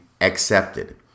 accepted